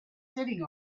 sitting